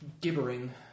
Gibbering